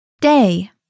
Day